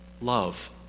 Love